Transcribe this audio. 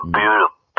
beautiful